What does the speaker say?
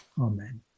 Amen